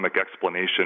explanation